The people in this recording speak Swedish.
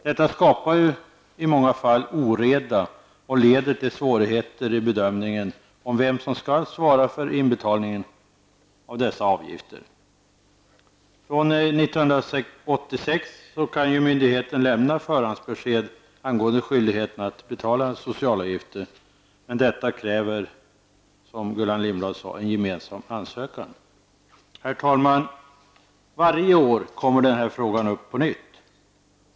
Detta skapar i många fall oreda och leder till svårigheter i bedömningen av vem som skall svara för inbetalningen av dessa avgifter. Från 1986 kan myndigheten lämna förhandsbesked angående skyldigheten att betala socialavgifter. Men detta kräver, som Gullan Lindblad sade, en gemensam ansökan. Herr talman! Varje år kommer den här frågan upp på nytt.